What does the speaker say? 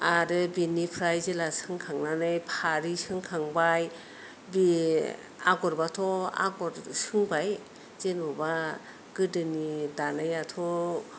आरो बिनिफ्राय जेला सोंखांनानै फारि सोंखांबाय बे आगरबाथ' आगर सोंबाय जेन'बा गोदोनि दानायथ'